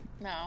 no